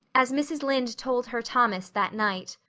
as mrs. lynde told her thomas that night.